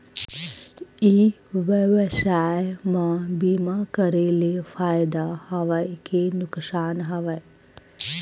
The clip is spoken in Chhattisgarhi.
ई व्यवसाय म बीमा करे ले फ़ायदा हवय के नुकसान हवय?